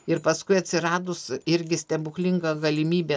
ir paskui atsiradus irgi stebuklinga galimybė